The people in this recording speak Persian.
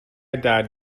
درد